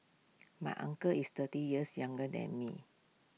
my uncle is thirty years younger than me